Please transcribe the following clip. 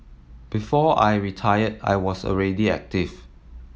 before I retired I was already active